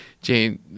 Jane